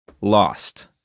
lost